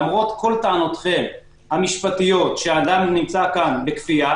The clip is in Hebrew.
למרות כל טענותיכם המשפטיות שאדם נמצא כאן בכפייה,